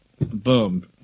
boom